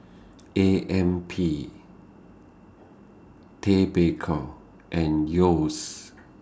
A M P Ted Baker and Yeo's